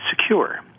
secure